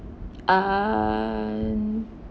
um